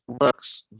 looks